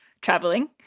traveling